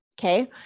okay